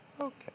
Okay